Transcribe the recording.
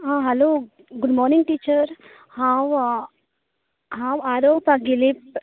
आं हालो good morning teacher हांव हांव आरव पागीले